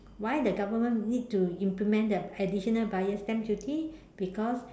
why the government need to implement the additional buyer's stamp duty because